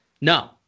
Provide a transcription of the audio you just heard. No